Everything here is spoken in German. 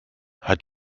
hat